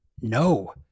No